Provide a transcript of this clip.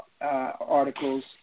articles